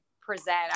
present